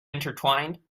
intertwined